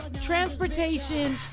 transportation